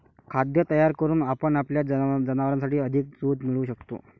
खाद्य तयार करून आपण आपल्या जनावरांसाठी अधिक दूध मिळवू शकतो